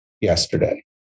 yesterday